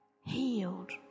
Healed